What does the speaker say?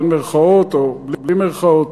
במירכאות או בלי מירכאות.